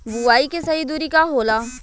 बुआई के सही दूरी का होला?